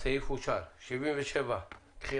הצבעה אושר סעיף 76 אושר.